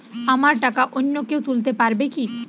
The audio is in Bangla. আমার টাকা অন্য কেউ তুলতে পারবে কি?